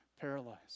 paralyzed